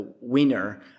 winner